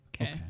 Okay